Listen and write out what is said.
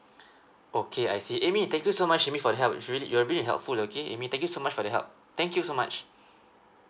okay I see amy thank you so much amy for your help is really you'd being helpful okay amy thank you so much for the help thank you so much